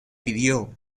pidió